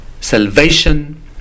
Salvation